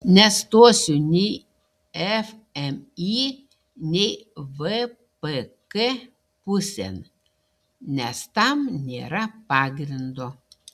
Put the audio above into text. nestosiu nei fmį nei vpk pusėn nes tam nėra pagrindo